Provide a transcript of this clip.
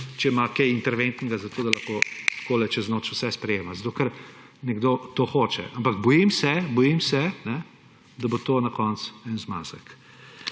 če ima kaj interventnega, zato da lahko takole čez noč vse sprejema, ker nekdo to hoče. Ampak bojim se, bojim se, da bo to na koncu en zmazek.